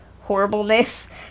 horribleness